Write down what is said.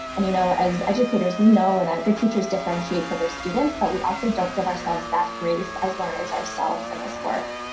and you know, as educators we know that good teachers differentiate for their students but we also don't give ourselves that grace as learners in and this work.